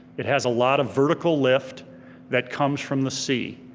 it has a lot of vertical lift that comes from the sea.